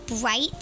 bright